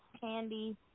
candy